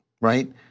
Right